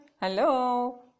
hello